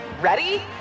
Ready